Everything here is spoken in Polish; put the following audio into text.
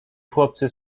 chłopcy